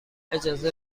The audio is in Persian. اجازه